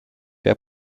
der